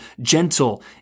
gentle